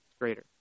greater